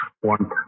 one